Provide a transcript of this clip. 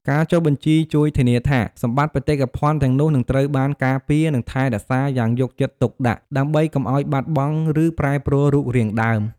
ការចុះបញ្ជីជួយធានាថា សម្បត្តិវប្បធម៌ទាំងនោះនឹងត្រូវបានការពារ និងថែរក្សាយ៉ាងយកចិត្តទុកដាក់ ដើម្បីកុំឱ្យបាត់បង់ ឬប្រែប្រួលរូបរាងដើម។